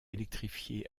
électrifiée